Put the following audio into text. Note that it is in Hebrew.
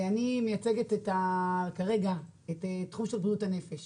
אני מייצגת כרגע את תחום בריאות הנפש